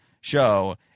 show